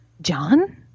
John